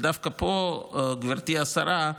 ודווקא פה, גברתי השרה,